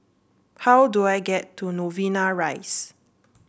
how do I get to Novena Rise